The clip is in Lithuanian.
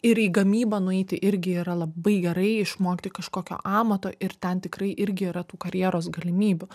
ir į gamybą nueiti irgi yra labai gerai išmokti kažkokio amato ir ten tikrai irgi yra tų karjeros galimybių